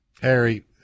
Harry